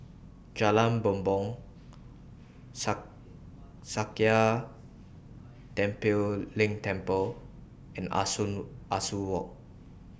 Jalan Bumbong Sakya Tenphel Ling Temple and Ah Soo Walk